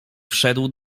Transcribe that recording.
wszedł